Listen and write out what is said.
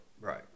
Right